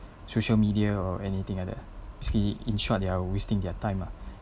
social media or anything like that basically in short they are wasting their time lah